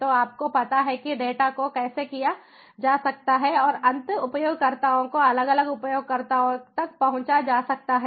तो आपको पता है कि डेटा को कैश किया जा सकता है और अंत उपयोगकर्ताओं को अलग अलग उपयोगकर्ताओं तक पहुँचा जा सकता हैं